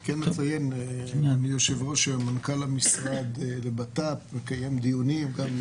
אני כן אציין שמנכ"ל המשרד לביטחון פנים מקיים דיונים גם עם